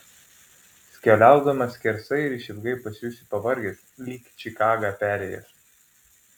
keliaudamas skersai ir išilgai pasijusi pavargęs lyg čikagą perėjęs